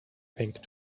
pink